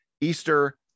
Easter